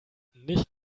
nicht